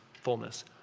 fullness